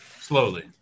Slowly